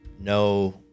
no